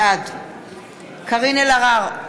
בעד קארין אלהרר,